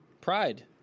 Pride